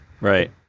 Right